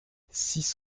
six